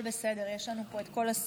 הכול בסדר, יש לנו פה את כל הספר.